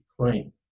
clean